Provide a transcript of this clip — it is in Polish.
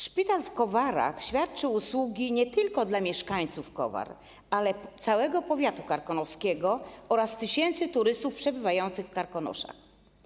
Szpital w Kowarach świadczył usługi nie tylko dla mieszkańców Kowar, ale dla całego powiatu karkonoskiego oraz tysięcy turystów przebywających w Karkonoszach.